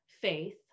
faith